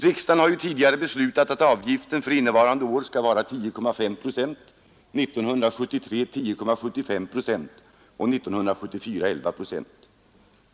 Riksdagen har tidigare beslutat att avgiften för 1972 skall vara 10,5 procent, 1973 10,75 procent och 1974 11 procent.